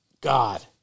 God